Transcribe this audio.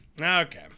Okay